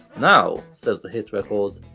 now, says the hit record,